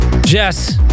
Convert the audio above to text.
Jess